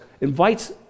invites